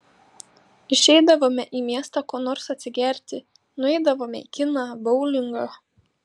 išeidavome į miestą ko nors atsigerti nueidavome į kiną boulingą